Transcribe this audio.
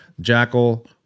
Jackal